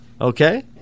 Okay